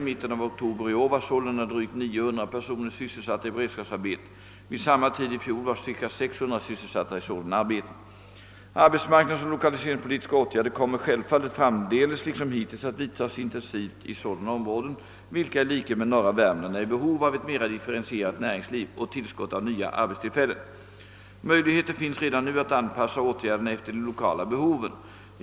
I mitten av oktober i år var sålunda drygt 900 personer sysselsatta i beredskapsarbete. Vid samma tid i fjol var cirka 600 sysselsatta i sådana arbeten. Arbetsmarknadsoch lokaliseringspolitiska åtgärder kommer självfallet framdeles liksom hittills att vidtas intensivt i sådana områden, vilka i likhet med norra Värmland är i behov av ett mera differentierat näringsliv och tillskott av nya arbetstillfällen. Möjligheter finns redan nu att anpassa åtgärderna efter de lokala behoven.